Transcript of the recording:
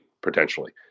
potentially